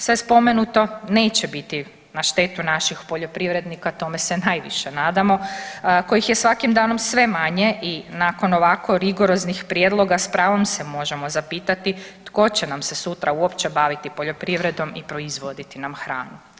Sve spomenuto neće biti na štetu naših poljoprivrednika, tome se najviše nadamo, kojih je svakim danom sve manje i nakon ovako rigoroznih prijedloga s pravom se možemo zapitati tko će nam se sutra uopće baviti poljoprivredom i proizvoditi nam hranu.